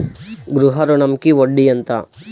గృహ ఋణంకి వడ్డీ ఎంత?